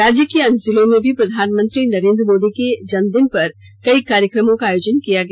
राज्य के अन्य जिलों में भी प्रधानमंत्री नरेंद्र मोदी के जन्मदिन पर कई कार्यक्रमों का आयोजन किया गया